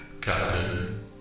Captain